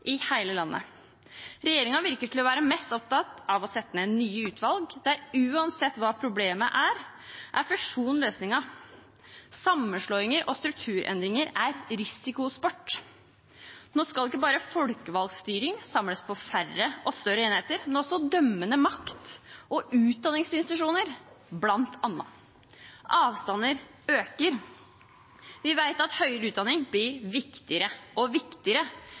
i hele landet. Regjeringen virker å være mest opptatt av å sette ned nye utvalg, der – uansett hva problemet er – fusjon er løsningen. Sammenslåinger og strukturendringer er risikosport. Nå skal ikke bare folkevalgt styring samles på færre og større enheter, men også dømmende makt og utdanningsinstitusjoner – blant annet. Avstandene øker. Vi vet at høyere utdanning blir viktigere og viktigere.